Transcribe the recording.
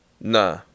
Nah